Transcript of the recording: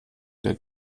der